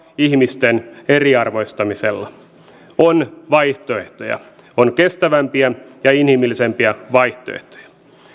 ihmisten eriarvoistamisella on vaihtoehtoja on kestävämpiä ja inhimillisempiä vaihtoehtoja